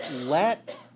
let